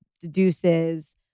deduces